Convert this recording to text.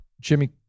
Jimmy